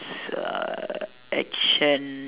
is uh action